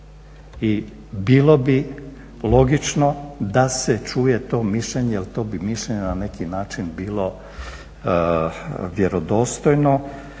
I bilo bi logično da se čuje to mišljenje jer to bi mišljenje na neki način bilo vjerodostojno